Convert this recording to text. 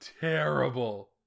terrible